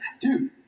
Dude